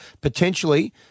potentially